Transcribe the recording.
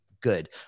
good